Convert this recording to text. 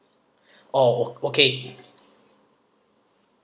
orh o~ okay